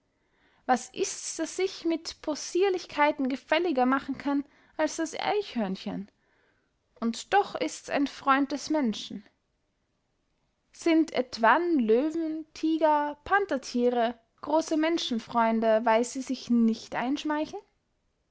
was ists das sich mit possirlichkeiten gefälliger machen kann als das eichhörnchen und doch ists ein freund des menschen sind etwann löwen tiger panterthiere große menschenfreunde weil sie sich nicht einschmeicheln